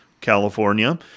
California